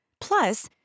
Plus